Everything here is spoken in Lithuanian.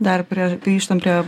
dar prie grįžtam prie